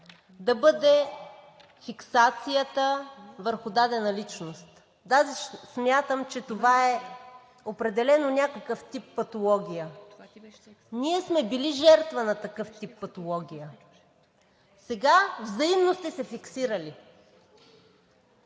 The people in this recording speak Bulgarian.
да бъде фиксацията върху дадена личност. Даже смятам, че това е определено някакъв тип патология. Ние сме били жертва на такъв тип патология. Сега взаимно сте се фиксирали